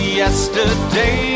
yesterday